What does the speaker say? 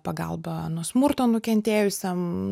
pagalba nuo smurto nukentėjusiam